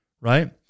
right